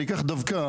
אני אקח דווקא,